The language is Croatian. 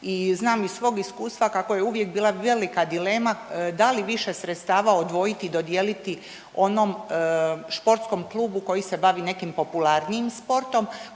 i znam iz svog iskustva kako je uvijek bila velika dilema da li više sredstava odvojiti dodijeliti onom sportskom klubu koji se bavi nekim popularnijim sportom